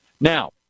Now